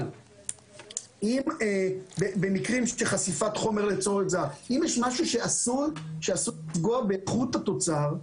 אבל במקרים של חשיפת חומר אם יש משהו שאסור לפגוע באיכות התוצר,